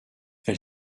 elle